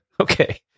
Okay